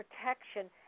protection